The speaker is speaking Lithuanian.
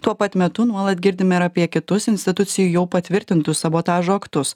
tuo pat metu nuolat girdime ir apie kitus institucijų jau patvirtintus sabotažo aktus